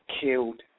killed